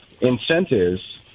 incentives